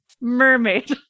Mermaid